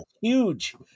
huge